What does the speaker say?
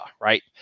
right